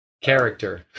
Character